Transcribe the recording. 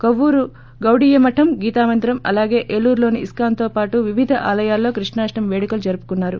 కొవ్వూరు గౌడీయ మరం గీతామందిరం అలాగే ఏలూరులోని ఇస్కాన్తో పాటు వివిధ ఆలయాల్లో కృష్ణాష్టమి పేడుకలు జరుపుకున్నారు